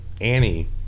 Annie